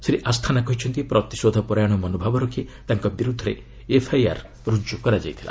ଶ୍ରୀ ଆସ୍ଥାନା କହିଛନ୍ତି ପ୍ରତିଶୋଧ ପରାୟଣ ମନୋଭାବ ରଖି ତାଙ୍କ ବିରୁଦ୍ଧରେ ଏଫ୍ଆଇଆର୍ ରୁଜୁ କରାଯାଇଥିଲା